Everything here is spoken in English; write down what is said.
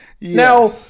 Now